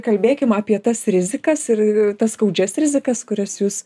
kalbėkim apie tas rizikas ir tas skaudžias rizikas kurias jūs